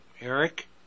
Eric